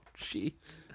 jeez